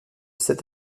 sept